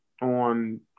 on